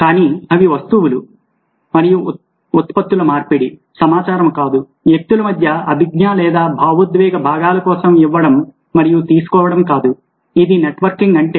కానీ అవి వస్తువులు మరియు ఉత్పత్తుల మార్పిడి సమాచారం కాదు వ్యక్తుల మధ్య అభిజ్ఞా లేదా భావోద్వేగ భాగాల కోసం ఇవ్వడం మరియు తీసుకోవడం కాదు ఇది నెట్వర్కింగ్ అంటే